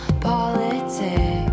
politics